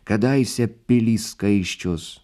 kadaise pilys skaisčios